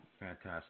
Fantastic